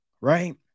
right